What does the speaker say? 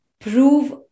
prove